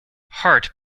hart